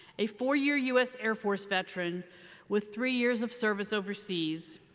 a four year us air force veteran with three years of service overseas,